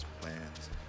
plans